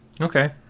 Okay